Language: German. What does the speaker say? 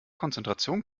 konzentration